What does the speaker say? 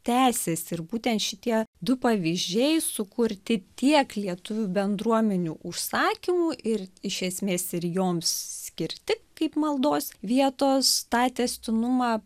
tęsėsi ir būtent šitie du pavyzdžiai sukurti tiek lietuvių bendruomenių užsakymu ir iš esmės ir joms skirti kaip maldos vietos tą tęstinumą